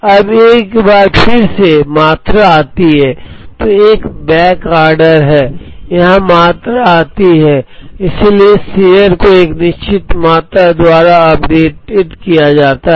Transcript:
अब एक बार फिर से मात्रा आती है तो एक बैकऑर्डर है यहां मात्रा आती है इसलिए इस शेयर को एक निश्चित मात्रा द्वारा अपडेट किया जाता है